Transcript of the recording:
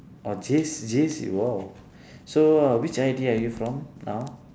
orh J_C J_C !wow! so uh which I_T_E are you from now